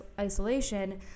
isolation